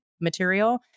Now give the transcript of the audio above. material